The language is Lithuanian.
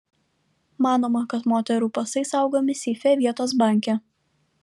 manoma kad moterų pasai saugomi seife vietos banke